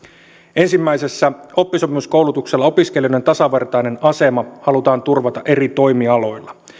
ensimmäisessä oppisopimuskoulutuksella opiskevien tasavertainen asema halutaan turvata eri toimialoilla